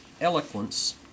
eloquence